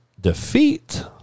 defeat